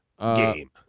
game